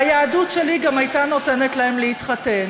והיהדות שלי גם הייתה נותנת להם להתחתן.